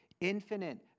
infinite